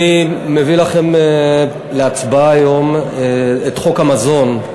אני מביא לפניכם להצבעה היום את חוק קידום התחרות בענף המזון,